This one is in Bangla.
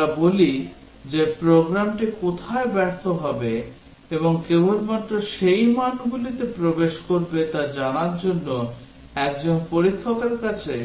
আমরা বলি যে প্রোগ্রামটি কোথায় ব্যর্থ হবে এবং কেবলমাত্র সেই মানগুলিতে প্রবেশ করবে তা জানার জন্য একজন পরীক্ষকের কাছে